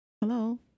Hello